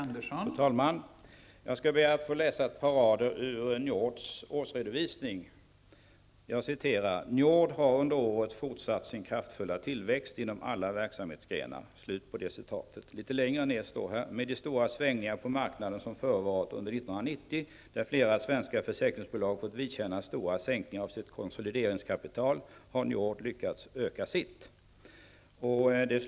Fru talman! Jag skall be att få läsa ett par rader ur Njords årsredovisning: ''NJORD har under året fortsatt sin kraftfulla tillväxt inom alla verksamhetsgrenar.'' Litet längre ned står: ''Med de stora svängningar på marknaden som förevarit under 1990, där flera svenska försäkringsbolag fått vidkännas stora sänkningar av sitt konsolideringskapital har NJORD lyckats öka sitt.''